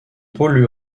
pôle